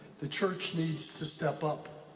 the church needs to step up.